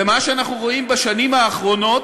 ומה שאנחנו רואים בשנים האחרונות,